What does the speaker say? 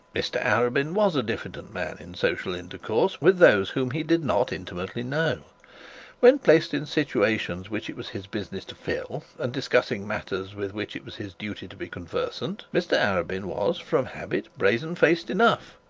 mr arabin was a diffident man in social intercourse with those whom he did not intimately know when placed in situations which it was his business to fill, and discussing matters with which it was his duty to be conversant, mr arabin was from habit brazed-faced enough.